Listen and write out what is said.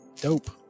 dope